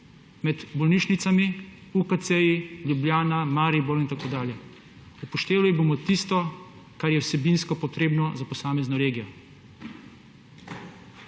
med bolnišnicami, UKC-ji, Ljubljana, Maribor in tako dalje. Upoštevali bomo tisto, kar je vsebinsko potrebno za posamezno regijo.